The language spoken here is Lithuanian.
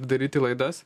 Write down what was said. daryti laidas